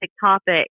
topic